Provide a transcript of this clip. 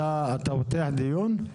אתה פותח דיון?